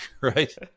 right